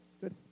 good